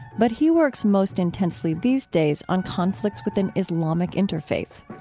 but he works most intensely these days on conflicts with an islamic interface.